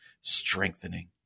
strengthening